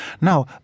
Now